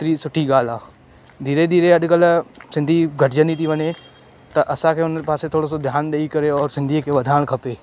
ओतिरी सुठी ॻाल्हि आहे धीरे धीरे अॼुकल्ह सिंधी घटिजंदी थी वञे त असांखे उन पासे थोरो सो ध्यानु ॾेई करे और सिंधीअ खे वधाइणु खपे